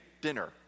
dinner